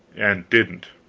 and didn't.